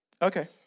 Okay